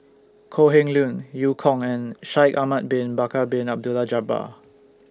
Kok Heng Leun EU Kong and Shaikh Ahmad Bin Bakar Bin Abdullah Jabbar